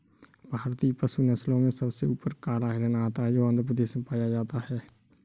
भारतीय पशु नस्लों में सबसे ऊपर काला हिरण आता है जो आंध्र प्रदेश में पाया जाता है